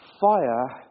Fire